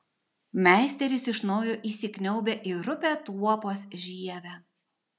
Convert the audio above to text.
meisteris iš naujo įsikniaubia į rupią tuopos žievę